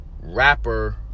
rapper